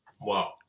Wow